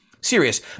Serious